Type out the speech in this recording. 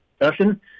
discussion